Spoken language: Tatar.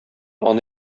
аны